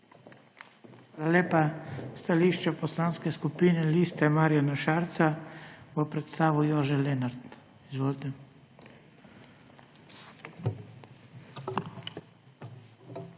Hvala lepa. Stališče Poslanske skupine Liste Marjana Šarca bo predstavil Jože Lenart. Izvolite.